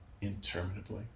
interminably